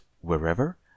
wherever